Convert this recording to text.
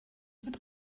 mit